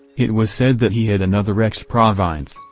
it was said that he had another x province.